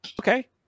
Okay